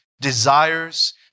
desires